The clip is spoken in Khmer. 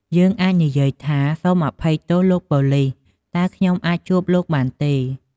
យើងអាចនិយាយថា "សូមអភ័យទោស លោកប៉ូលិស តើខ្ញុំអាចជួបលោកបានទេ?"